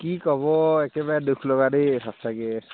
কি ক'ব একেবাৰে দুখ লগা দেই সঁচাকৈ